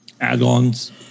add-ons